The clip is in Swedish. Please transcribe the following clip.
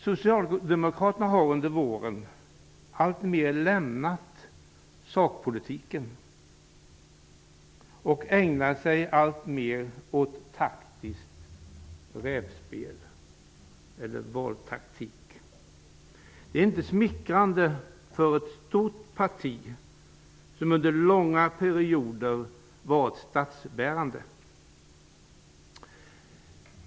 Socialdemokraterna har under våren alltmer lämnat sakpolitiken. De ägnar sig alltmer åt taktiskt rävspel, eller valtaktik. Det är inte smickrande för ett stort parti som under långa perioder har varit statsbärande.